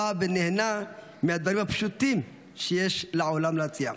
ונהנה מהדברים הפשוטים שיש לעולם להציע.